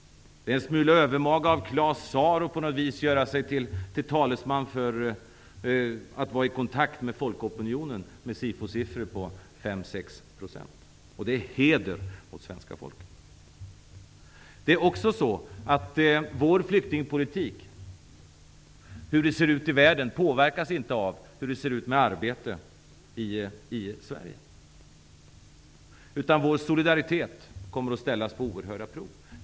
Det är en smula övermaga av Claus Zaar att på något vis säga sig vara i kontakt med folkopinionen när man har SIFO-siffror på 5--6 %. Det hedrar det svenska folket. Vår flyktingpolitik och hur det ser ut i världen påverkas inte av hur det ser ut med arbete i Sverige. Vår solidaritet kommer att ställas på oerhörda prov.